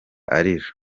arira